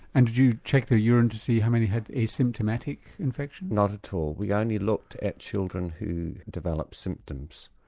and did you check their urine to see how many had asymptomatic infection? not at all, we only looked at children who developed symptoms.